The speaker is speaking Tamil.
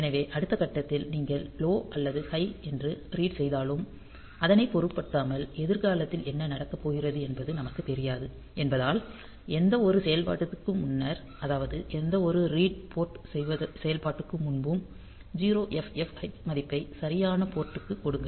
எனவே அடுத்த கட்டத்தில் நீங்கள் லோ அல்லது ஹை என்று ரீட் செய்தாலும் அதனை பொருட்படுத்தாமல் எதிர்காலத்தில் என்ன நடக்கப் போகிறது என்பது நமக்குத் தெரியாது என்பதால் எந்தவொரு செயல்பாட்டிற்கும் முன்னர் அதாவது எந்தவொரு ரீட் போர்ட் செயல்பாட்டிற்கும் முன்பும் 0FFH மதிப்பை சரியான போர்ட் டுக்கு கொடுங்கள்